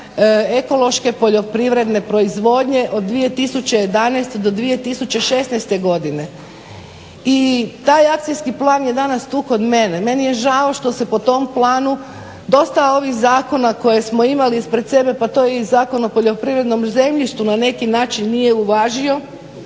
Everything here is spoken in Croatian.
ekološke poljoprivredne proizvodnje 2011.-2016. godine i taj akcijski plan je danas tu kod mene. Meni je žao što se po tom planu dosta ovih zakona koje smo imali ispred sebe, pa to je i Zakon o poljoprivrednom zemljištu na neki način nije uvažio